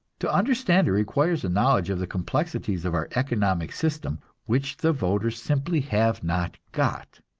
to understand it requires a knowledge of the complexities of our economic system which the voters simply have not got.